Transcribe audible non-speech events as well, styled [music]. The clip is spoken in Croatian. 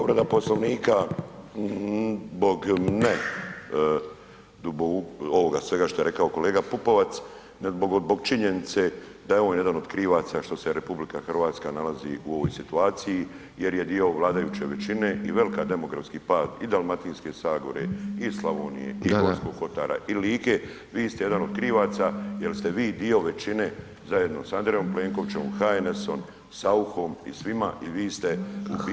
Povreda Poslovnika zbog ne ... [unintelligible] ovoga svega što je rekao kolega Pupovac, nego zbog činjenice da je on jedan od krivaca što se RH nalazi u ovoj situaciji jer je dio vladajuće većine i veliki demografski pad i Dalmatinske zagore i Slavonije i Gorskog Kotara i Like, vi ste jedan od krivaca jer ste vi dio većine zajedno sa Andrejom Plenkovićem, HNS-om, Sauchom i svima i vi ste u biti